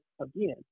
again